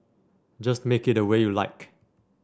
just make it the way you like